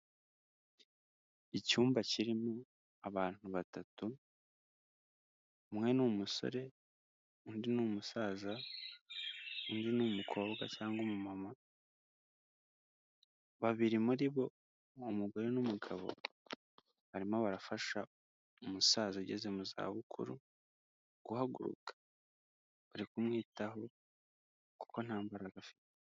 Icyumba kirimo abantu batatu, umwe ni umusore, undi ni umusazasa, undi ni umukobwa cyangwa umumama, babiri muri bo umugore n'umugabo barimo barafasha umusaza ugeze mu za bukuru guhaguruka, bari kumwitaho kuko nta mbaraga afite.